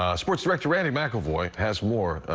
ah sports director randy mcilvoy has more.